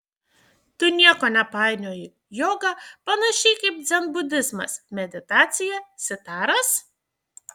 tu nieko nepainioji joga panašiai kaip dzenbudizmas meditacija sitaras